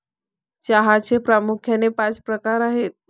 चहाचे प्रामुख्याने पाच प्रकार आहेत